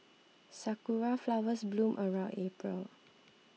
sakura flowers bloom around April